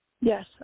Yes